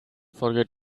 forget